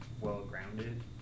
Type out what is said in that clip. well-grounded